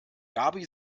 gaby